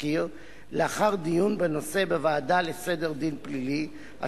התזכיר לאחר דיון בנושא בוועדה לסדר דין פלילי,